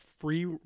free